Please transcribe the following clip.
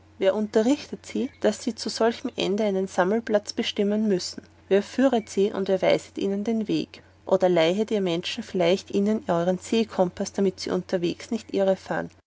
wer unterrichtet sie daß sie zu solchem ende einen sammelplatz bestimmen müssen wer führet sie oder wer weiset ihnen den weg oder leihet ihr menschen vielleicht ihnen euren seekompaß damit sie unterwegs nicht irrfahren